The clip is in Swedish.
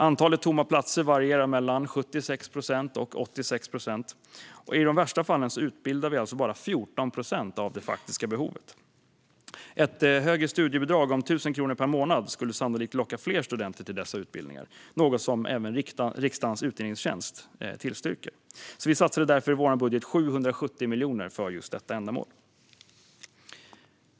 Andelen tomma platser varierar mellan 76 procent och 86 procent. I de värsta fallen utbildar vi alltså bara 14 procent av det faktiska behovet. Ett högre studiebidrag om 1 000 kronor per månad skulle sannolikt locka fler studenter till dessa utbildningar, något som även riksdagens utredningstjänst tillstyrker. Vi satsar därför i vår budget 770 miljoner för just detta ändamål.